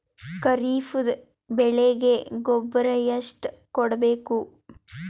ಖರೀಪದ ಬೆಳೆಗೆ ಗೊಬ್ಬರ ಎಷ್ಟು ಕೂಡಬೇಕು?